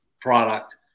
product